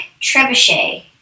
trebuchet